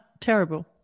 terrible